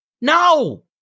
No